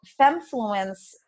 FemFluence